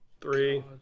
three